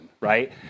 right